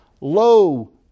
low